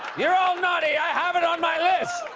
you're all naughty! i have it on my list!